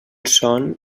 son